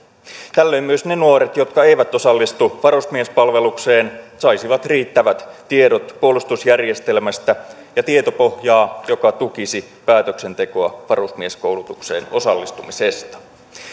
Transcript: tällöin myös ne nuoret jotka eivät osallistu varusmiespalvelukseen saisivat riittävät tiedot puolustusjärjestelmästä ja tietopohjaa joka tukisi päätöksentekoa varusmieskoulutukseen osallistumisesta